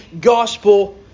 gospel